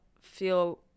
feel